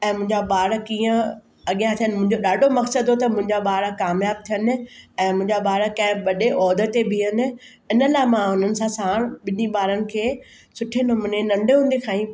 ऐं मुंहिंजा ॿार कीअं अॻियां थियनि मुंहिंजो ॾाढो मक़सद हो त मुंहिंजा ॿार कामयाबु थियनि ऐं मुंहिंजा ॿार कंहिं वॾे उहदे ते बीहनि इन्हनि मां उन सां साणु ॿिन्ही ॿारनि खे सुठे नमूने नंढे हूंदे खां ई